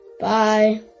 Bye